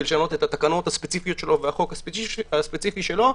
בשביל לשנות את התקנות הספציפיות שלו והחוק הספציפי שלו,